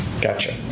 Gotcha